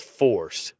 force